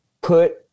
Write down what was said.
put